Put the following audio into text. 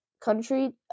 country